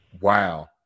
wow